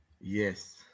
Yes